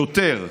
שאלה